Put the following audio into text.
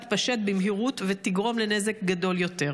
תתפשט במהירות ותגרום לנזק גדול יותר.